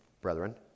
brethren